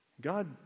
God